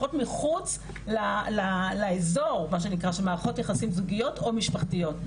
שנרצחות מחוץ לאיזור של מערכות יחסים זוגיות או משפחתיות.